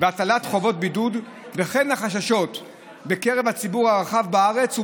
והטלת חובות בידוד וכן החששות בקרב הציבור הרחב בארץ ובעולם,